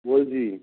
বলছি